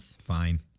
fine